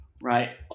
Right